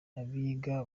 abiga